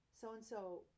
so-and-so